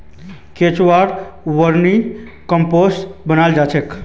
केंचुआ स vermicompost बनाल जा छेक